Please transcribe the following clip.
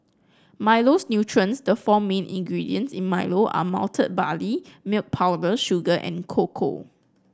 Milo's nutrients The four main ingredients in Milo are malted barley milk powder sugar and cocoa